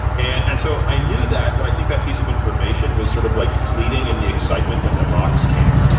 and and so i knew that, but i think that piece of information was sort of like fleeting in the excitement when the box came.